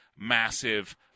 massive